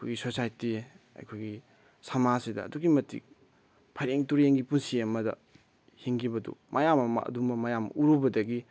ꯑꯩꯈꯣꯏꯒꯤ ꯁꯣꯁꯥꯏꯇꯤ ꯑꯩꯈꯣꯏꯒꯤ ꯁꯃꯥꯖꯁꯤꯗ ꯑꯗꯨꯛꯀꯤ ꯃꯇꯤꯛ ꯐꯩꯔꯦꯡ ꯇꯨꯔꯦꯡꯒꯤ ꯄꯨꯟꯁꯤ ꯑꯃꯗ ꯍꯤꯡꯈꯤꯕꯗꯨ ꯃꯌꯥꯝ ꯑꯃ ꯑꯗꯨꯒꯨꯝꯕ ꯃꯌꯥꯝ ꯑꯃ ꯎꯔꯨꯕꯗꯒꯤ